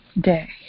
day